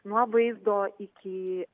nuo vaizdo iki